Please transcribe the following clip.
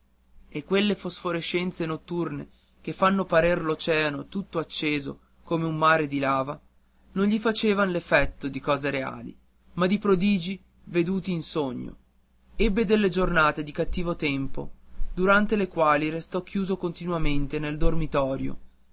e quelle fosforescenze notturne che fanno parer l'oceano tutto acceso come un mare di lava non gli facevan l'effetto di cose reali ma di prodigi veduti in sogno ebbe delle giornate di cattivo tempo durante le quali restò chiuso continuamente nel dormitorio